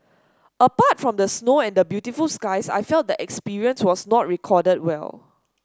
apart from the snow and the beautiful skies I felt the experience was not recorded well